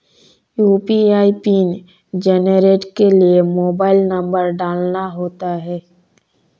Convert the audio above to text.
UPI PIN generate के लिए mobile number डालना होता है